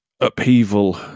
upheaval